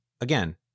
again